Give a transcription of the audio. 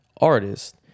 artist